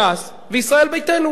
ש"ס וישראל ביתנו.